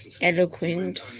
eloquent